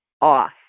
off